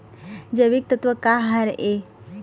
जैविकतत्व का हर ए?